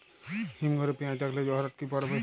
হিম ঘরে পেঁয়াজ রাখলে খরচ কি পড়বে?